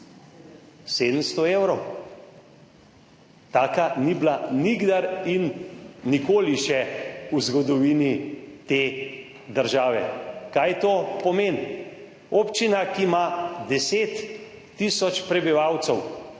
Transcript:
700 evrov. Taka ni bila še nikoli v zgodovini te države. Kaj to pomeni? Občina, ki ima 10 tisoč prebivalcev,